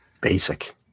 Basic